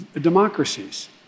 democracies